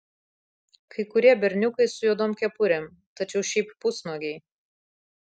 kai kurie berniukai su juodom kepurėm tačiau šiaip pusnuogiai